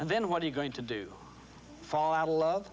and then what are you going to do fall out of love